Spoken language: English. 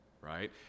right